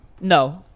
No